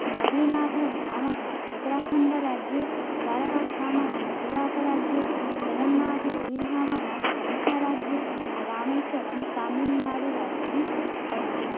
बद्रिनाथधाम उत्तराखण्डराज्ये द्वारकाधाम गुजरातराज्ये जगन्नाथपुरीधाम ओडिसाराज्ये रामेश्वरं तामिल्नाडुराज्ये अस्ति